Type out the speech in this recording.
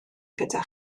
gyda